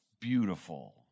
beautiful